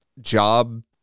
job